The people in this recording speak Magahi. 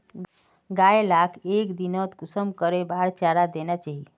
गाय लाक एक दिनोत कुंसम करे बार चारा देना चही?